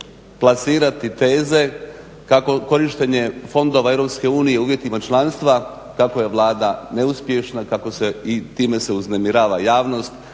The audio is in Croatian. plasirati teze kako korištenje fondova Eu uvjetima članstva kako je Vlada neuspješna, kako se i time se uznemirava javnost,